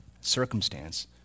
circumstance